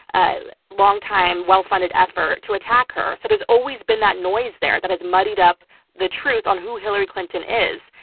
ah longtime, well-funded effort to attack her. so there's always been that noise there that has muddied up the truth on who hillary clinton is,